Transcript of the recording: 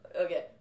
Okay